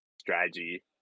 strategy